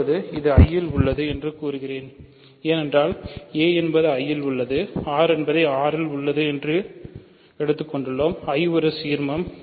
இப்போது இது I யில் உள்ளது என்று கூறுகிறேன் ஏனென்றால் a என்பது I இல் உள்ளது r என்பதை R இல் உள்ளது I ஒரு சீர்மம்